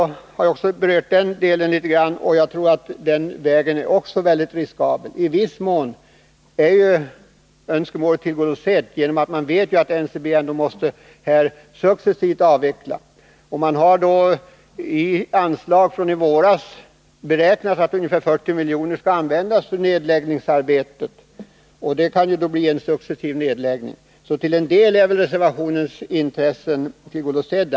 Även den lösningen är mycket riskabel om den inte preciseras. I viss mån har ju önskemålet tillgodosetts. Man vet ju att NCB måste avveckla successivt. Av anslag från i våras skall ungefär 40 milj.kr. användas för nedläggningsarbetet. Då kan det alltså bli en successiv nedläggning. Därför är väl reservationen delvis tillgodosedd.